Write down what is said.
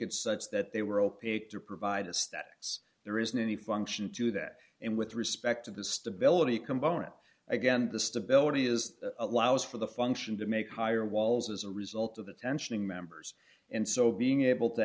it such that they were opaque to provide a statics there isn't any function to that and with respect to the stability component again the stability is allows for the function to make higher wall calls as a result of the tensioning members and so being able to